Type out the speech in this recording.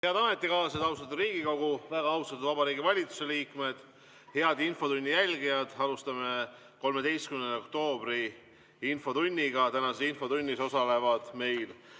Head ametikaaslased! Austatud Riigikogu! Väga austatud Vabariigi Valitsuse liikmed! Head infotunni jälgijad! Alustame 13. oktoobri infotundi. Tänases infotunnis osalevad meil